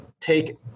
take